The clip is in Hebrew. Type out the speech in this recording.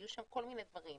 היו שם כל מיני דברים,